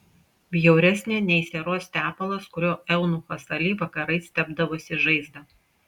bjauresnė nei sieros tepalas kuriuo eunuchas ali vakarais tepdavosi žaizdą